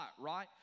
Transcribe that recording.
right